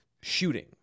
shooting